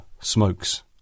smokes